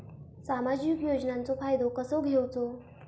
सामाजिक योजनांचो फायदो कसो घेवचो?